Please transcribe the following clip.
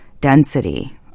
density